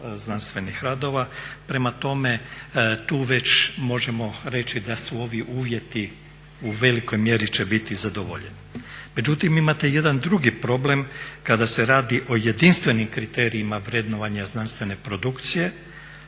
znanstvenih radova. Prema tome tu već možemo reći da su ovi uvjeti u velikoj mjeri će biti zadovoljeni. Međutim, imate jedan drugi problem kada se radi o jedinstvenim kriterijima vrednovanja znanstvene produkcije